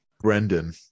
Brendan